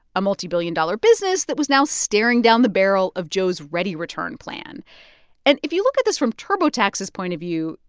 a multibillion-dollar business that was now staring down the barrel of joe's readyreturn plan and if you look at this from turbotax's point of view,